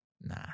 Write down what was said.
Nah